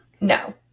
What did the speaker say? No